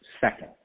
second